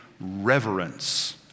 reverence